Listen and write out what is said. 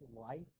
life